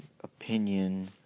opinion